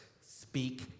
speak